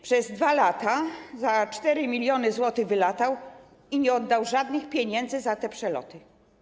Przez 2 lata 4 mln zł wylatał i nie oddał żadnych pieniędzy za te przeloty.